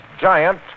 giant